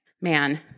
Man